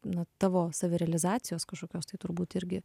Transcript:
na tavo savirealizacijos kažkokios tai turbūt irgi